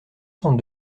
cent